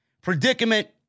predicament